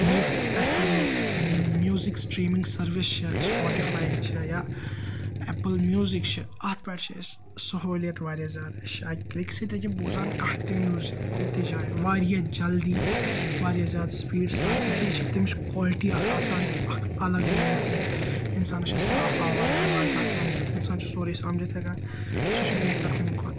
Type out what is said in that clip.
یُس اَسہِ یِم میٛوٗزِک سِٹریٖمِنٛگ سٔروِس چھِ سُفورٹیفٲے چھِ یا ایپل میٛوٗزِک چھُ اَتھ پیٚٹھ چھِ أسۍ سہوٗلِیت وارِیاہ زیادٕ أسۍ چھِ اکہِ کِلکہِ سٍتی کہِ بوزان کانٛہہ تہِ میٛوٗزِک کُنہِ تہِ جایہِ وارِیاہ جَلدی وارِیاہ زیاد سُپیٖڈِ سان بیٚیہِ چھِ تِم چھِ کالٹی اَکھ آسان اَکھ اَلَگ لیٚولہِ ہٕنٛز اِنسانَس چھِ صاف آواز یِوان تَتھ منٛز اِنسان چھُ سورُے سَمجِتھ ہیٚکان سُہ چھُ بہتَر ہُمہِ کھۄتہِ